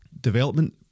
development